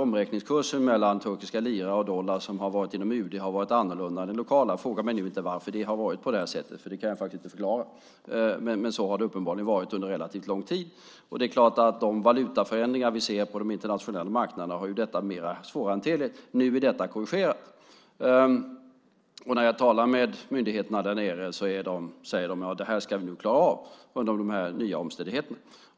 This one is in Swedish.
Omräkningskursen mellan turkiska lira och dollar som varit inom UD har varit annorlunda än den lokala. Fråga mig nu inte varför det varit på det sättet, för det kan jag faktiskt inte förklara. Men så har det uppenbarligen varit under väldigt lång tid. Det är klart att de valutaförändringar vi ser på de internationella marknaderna har gjort det mer svårthanterligt. Nu är detta korrigerat. När jag talar med myndigheterna där nere säger de: Det här ska vi nog klara av under de nya omständigheterna.